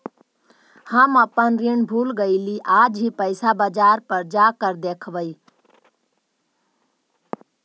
हम अपन ऋण भूल गईली आज ही पैसा बाजार पर जाकर देखवई